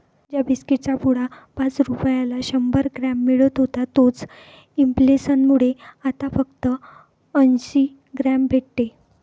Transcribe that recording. ज्या बिस्कीट चा पुडा पाच रुपयाला शंभर ग्राम मिळत होता तोच इंफ्लेसन मुळे आता फक्त अंसी ग्राम भेटते